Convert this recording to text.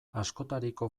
askotariko